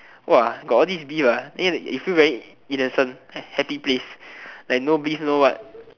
!wah! got all this beef ah then you you feel very innocent happy place like no beef no what